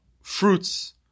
fruits